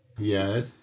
Yes